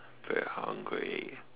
very hungry